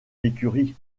l’écurie